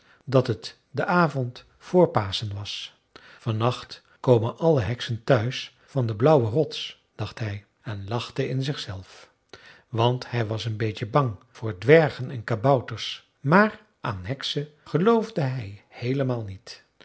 dat het de avond vr paschen was van nacht komen alle heksen thuis van de blauwe rots dacht hij en lachte in zichzelf want hij was een beetje bang voor dwergen en kabouters maar aan heksen geloofde hij heelemaal niet